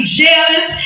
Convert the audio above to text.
jealous